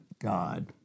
God